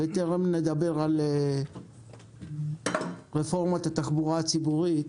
בטרם נדבר על רפורמת התחבורה הציבורית,